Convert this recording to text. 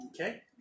Okay